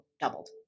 doubled